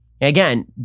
Again